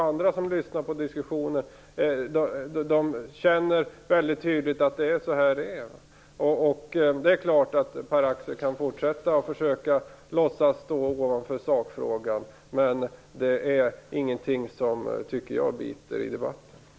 Andra som lyssnar på den här diskussionen känner nog väldigt tydligt att det är på det viset. Det är klart att Pär Axel Sahlberg kan fortsätta att låtsas vara den som står för sakfrågan, men det är inget som biter i debatten, tycker jag.